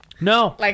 no